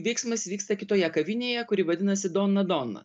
veiksmas vyksta kitoje kavinėje kuri vadinasi dona dona